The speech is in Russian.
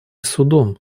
судом